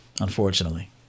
unfortunately